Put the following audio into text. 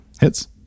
hits